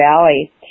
Valley